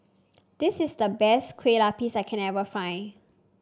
this is the best Kueh Lapis that I find